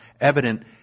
evident